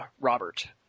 Robert